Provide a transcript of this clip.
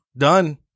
Done